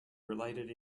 related